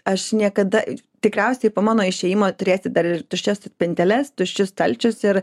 aš niekada tikriausiai po mano išėjimo turėsit dar ir tuščias spinteles tuščius stalčius ir